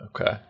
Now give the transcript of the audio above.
Okay